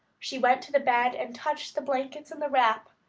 she went to the bed and touched the blankets and the wrap.